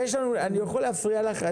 אני יכול להפריע לך?